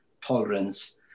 tolerance